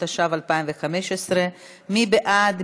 התשע"ו 2015. מי בעד?